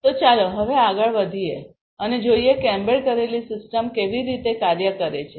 તો ચાલો હવે આગળ વધીએ અને જોઈએ કે એમ્બેડ કરેલી સિસ્ટમ કેવી રીતે કાર્ય કરે છે